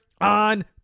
on